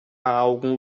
algum